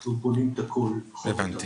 אנחנו בונים את הכל מהתחלה.